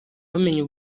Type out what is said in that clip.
bamenya